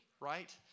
Right